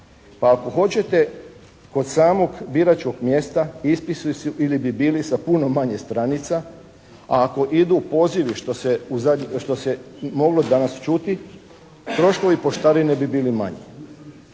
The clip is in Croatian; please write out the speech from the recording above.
Pa ako hoćete kod samog biračkog mjesta ispisi su ili bi bili sa puno manje stranica a ako idu pozivi što se moglo danas čuti troškovi poštarine bi bili manji.